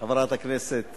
חברת הכנסת